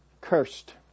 cursed